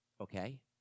okay